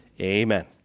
Amen